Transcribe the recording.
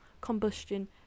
combustion